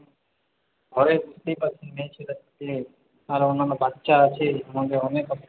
ঘরে বুঝতেই পারছেন মেয়েছেলে থাকে আর অন্যান্য বাচ্চা আছে আমাদের অনেক অসুবিধা